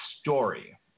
story